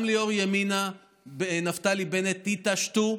גם ליושב-ראש ימינה נפתלי בנט: תתעשתו,